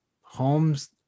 homes